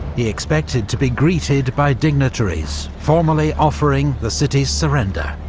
he expected to be greeted by dignitaries, formally offering the city's surrender.